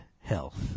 health